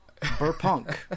Burpunk